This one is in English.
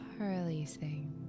releasing